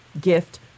gift